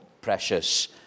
precious